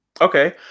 Okay